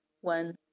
One